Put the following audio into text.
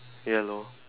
ya lor